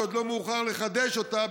ועוד לא מאוחר לחדש אותה.